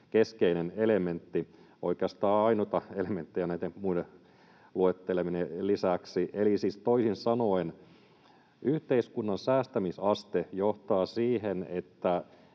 keskeinen elementti, oikeastaan ainoita elementtejä näiden muiden luettelemieni lisäksi. Eli siis toisin sanoen yhteiskunnan säästämisaste johtaa siihen, että